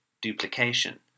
duplication